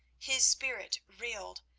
his spirit reeled,